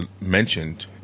mentioned